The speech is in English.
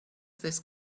this